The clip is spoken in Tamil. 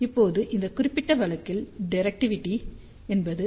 இப்போது இந்த குறிப்பிட்ட வழக்கில் டிரெக்டிவிடி1